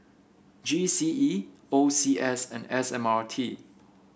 G C E O C S and S M R T